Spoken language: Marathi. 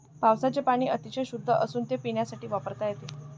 पावसाचे पाणी अतिशय शुद्ध असून ते पिण्यासाठी वापरता येते